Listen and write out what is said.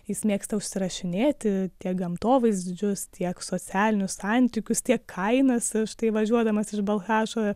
jis mėgsta užsirašinėti tiek gamtovaizdžius tiek socialinius santykius tiek kainas štai važiuodamas iš balchašo